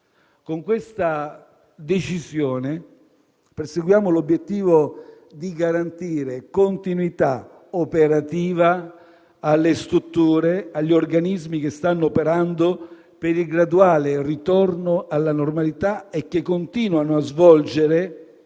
con questa decisione perseguiamo l'obiettivo di garantire continuità operativa alle strutture e agli organismi che stanno operando per il graduale ritorno alla normalità e che continuano a svolgere,